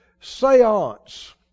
seance